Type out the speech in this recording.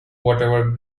whatever